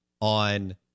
on